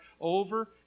over